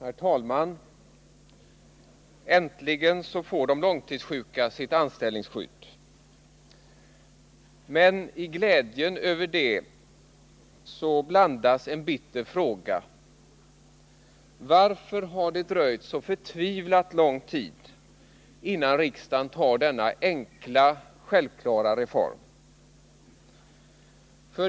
Herr talman! Äntligen får de långtidssjuka sitt anställningsskydd. Men i glädjen över detta blandas en bitter fråga: Varför har det dröjt så förtvivlat lång tid innan riksdagen genomfört denna enkla och självklara reform?